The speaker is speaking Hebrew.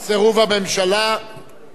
ואחר כך אנחנו נעבור להצבעה.